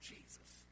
Jesus